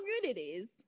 communities